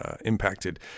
impacted